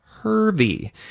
Hervey